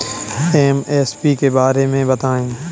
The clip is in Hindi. एम.एस.पी के बारे में बतायें?